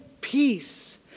peace